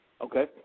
Okay